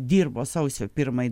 dirbo sausio pirmą